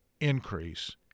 increase